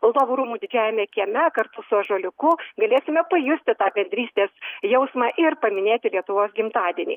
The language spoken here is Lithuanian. valdovų rūmų didžiajame kieme kartu su ąžuoliuku galėsime pajusti tą bendrystės jausmą ir paminėti lietuvos gimtadienį